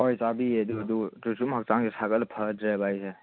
ꯍꯣꯏ ꯆꯥꯕꯤꯌꯦ ꯑꯗꯨꯗꯨ ꯑꯗꯨ ꯁꯨꯝ ꯍꯛꯆꯥꯡꯁꯦ ꯁꯥꯒꯠꯂ ꯐꯗ꯭ꯔꯦꯕ ꯑꯩꯁꯦ